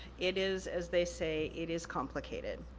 it is, as they say, it is complicated.